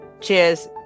Cheers